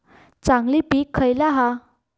चांगली पीक खयला हा?